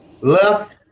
Left